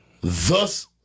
Thus